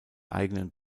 eigenen